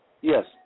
Yes